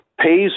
pays